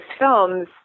films